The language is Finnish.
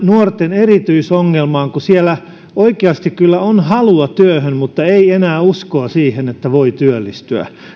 nuorten erityisongelmasta eli siitä että vaikka oikeasti kyllä on halua työhön niin ei ole enää uskoa siihen että voi työllistyä